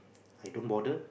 I don't bother